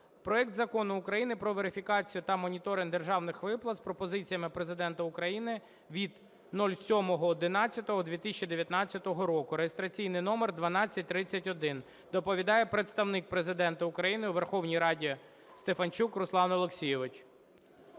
проект Закону України "Про верифікацію та моніторинг державних виплат" з пропозиціями Президента України від 07.11.2019 року (реєстраційний номер 1231). Доповідає Представник Президента України у Верховній Раді Стефанчук Руслан Олексійович.